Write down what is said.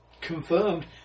confirmed